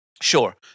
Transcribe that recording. Sure